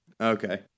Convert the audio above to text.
Okay